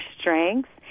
strengths